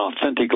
authentic